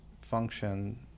Function